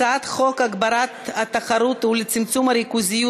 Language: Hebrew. הצעת חוק להגברת התחרות ולצמצום הריכוזיות